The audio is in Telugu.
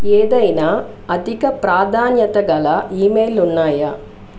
ఏదైనా అధిక ప్రాధాన్యత గల ఇమెయిల్లు ఉన్నాయా